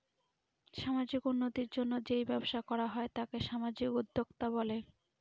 সামাজিক উন্নতির জন্য যেই ব্যবসা করা হয় তাকে সামাজিক উদ্যোক্তা বলে